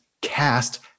cast